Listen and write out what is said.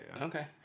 Okay